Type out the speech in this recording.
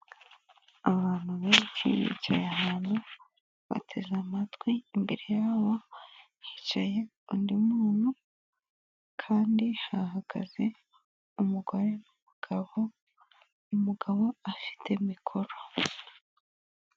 Abantu benshi bicaye ahantu bateze amatwi, imbere yabo hicaye undi muntu kandi hahagaze umugore n'umugabo, umugabo afite mikoro.